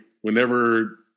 whenever